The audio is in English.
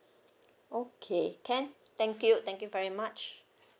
okay can thank you thank you very much